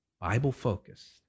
Bible-focused